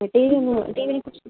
ആ T V ഉണ്ട് ടീവീനെ കുറിച്ചിട്ടാണ്